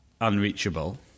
Unreachable